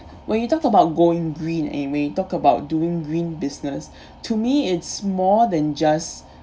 when you talk about going green and when you talk about doing green business to me it's more than just